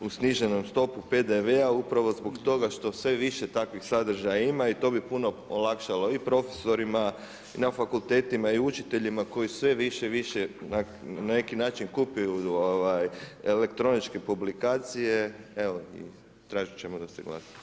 u sniženoj stopi PDV-a upravo zbog toga što sve više takvih sadržaja ima i to puno olakšalo i profesorima na fakultetima i učiteljima koji sve više i više na neki način kupuju elektroničke publikacije, evo, tražit ćemo da se glasa.